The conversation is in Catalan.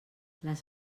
les